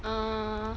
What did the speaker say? uh